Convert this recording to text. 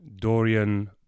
Dorian